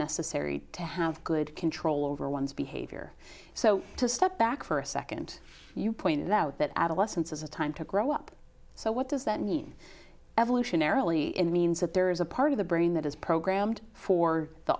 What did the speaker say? necessary to have good control over one's behavior so to step back for a second you point out that adolescence is a time to grow up so what does that mean evolutionarily it means that there is a part of the brain that is programmed for the